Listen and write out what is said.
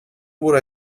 would